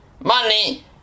Money